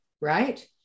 right